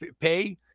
pay